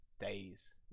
days